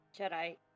Jedi